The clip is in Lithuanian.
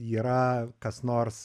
yra kas nors